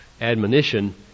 admonition